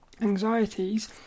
anxieties